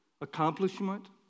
accomplishment